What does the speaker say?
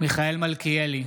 מיכאל מלכיאלי,